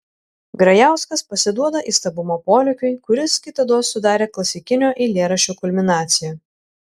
grajauskas pasiduoda įstabumo polėkiui kuris kitados sudarė klasikinio eilėraščio kulminaciją